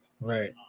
Right